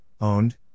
owned